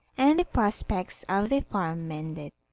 and the prospects of the farm mended.